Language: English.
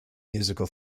musical